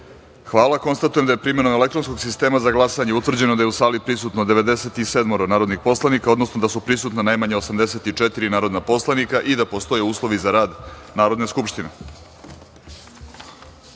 sistema. Hvala. Konstatujem da je, primenom elektronskog sistema za glasanje, utvrđeno da je u sali prisutno 97 narodnih poslanika, odnosno da su prisutna najmanje 84 narodna poslanika i da postoje uslovi za rad Narodne skupštine. Prelazimo